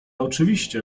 oczywiście